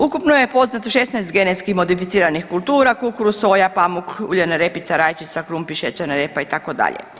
Ukupno je poznato 16 genetski modificiranih kultura kukuruz, soja, pamuk, uljana repica, rajčica, krumpir, šećerna repa itd.